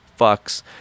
fucks